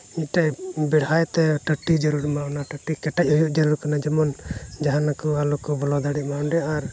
ᱢᱤᱫᱴᱮᱱ ᱵᱮᱲᱦᱟᱭᱛᱮ ᱴᱟᱹᱴᱤ ᱡᱟᱹᱨᱩᱲᱟᱢᱟ ᱚᱱᱟ ᱴᱟᱹᱴᱤ ᱠᱮᱴᱮᱡ ᱦᱩᱭᱩᱜ ᱡᱟᱹᱨᱩᱲ ᱠᱟᱱᱟ ᱡᱮᱢᱚᱱ ᱡᱟᱦᱟᱸ ᱞᱮᱠᱟ ᱟᱞᱚ ᱠᱚ ᱵᱚᱞᱚ ᱫᱟᱲᱮᱭᱟᱜ ᱢᱟ ᱚᱸᱰᱮ ᱟᱨ